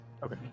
Okay